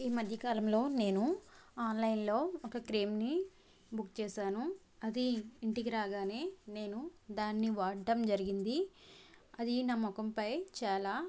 ఈ మధ్యకాలంలో నేను ఆన్లైన్లో ఒక క్రీంని బుక్ చేశాను అది ఇంటికి రాగానే నేను దాన్ని వాడడం జరిగింది అది నా ముఖంపై చాలా